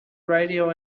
radio